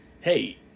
hey